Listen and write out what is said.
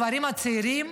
הגברים הצעירים,